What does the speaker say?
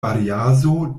variaso